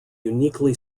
uniquely